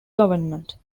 government